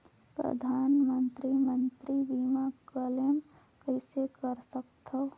परधानमंतरी मंतरी बीमा क्लेम कइसे कर सकथव?